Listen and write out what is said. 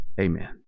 Amen